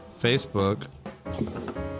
Facebook